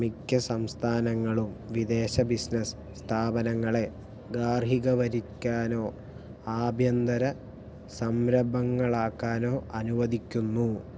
മിക്ക സംസ്ഥാനങ്ങളും വിദേശ ബിസിനസ് സ്ഥാപനങ്ങളെ ഗാർഹികവരിക്കാനോ ആഭ്യന്തര സംരംഭങ്ങളാക്കാനോ അനുവദിക്കുന്നു